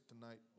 tonight